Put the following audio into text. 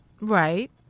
Right